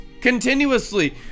continuously